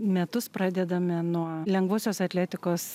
metus pradedame nuo lengvosios atletikos